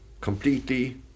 completely